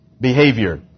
behavior